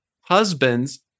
husbands